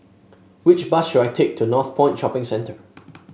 which bus should I take to Northpoint Shopping Centre